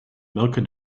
welke